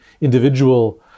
individual